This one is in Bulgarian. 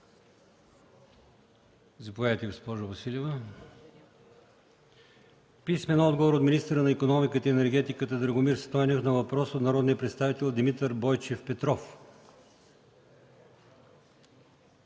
Василева; - министъра на икономиката и енергетиката Драгомир Стойнев на въпрос от народния представител Димитър Бойчев Петров;